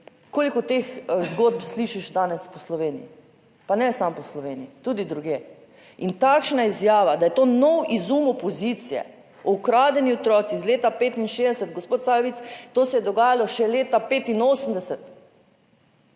koliko teh zgodb slišiš danes po Sloveniji, pa ne samo po Sloveniji, tudi drugje in takšna izjava, da je to nov izum opozicije, ukradeni otroci iz leta 1965, gospod Sajovic, to se je dogajalo še leta 1985.